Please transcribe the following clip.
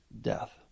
death